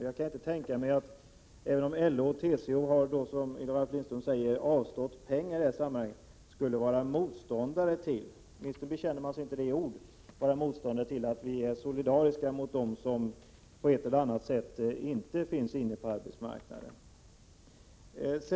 Jag kan inte tänka mig, även om LO och TCO har, som Ralf Lindström säger, avstått pengar i det här sammanhanget, att man skulle vara motståndare — åtminstone bekänner man sig inte till den uppfattningen i ord — till att vi är solidariska mot dem som inte befinner sig på arbetsmarknaden.